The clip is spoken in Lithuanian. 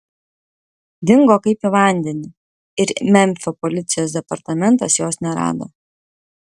dingo kaip į vandenį ir memfio policijos departamentas jos nerado